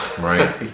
Right